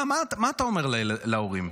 מה אתה אומר להורים?